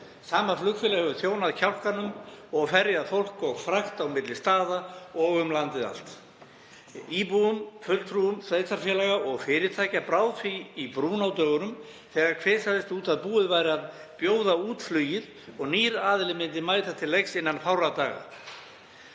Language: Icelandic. Sama flugfélag hefur þjónað kjálkanum og ferjað fólk og frakt á milli staða og um landið allt. Íbúum, fulltrúum sveitarfélaga og fyrirtækja brá því í brún á dögunum þegar kvisaðist út að búið væri að bjóða út flugið og nýr aðili myndi mæta til leiks innan fárra daga.